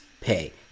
pay